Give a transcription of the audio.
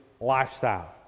lifestyle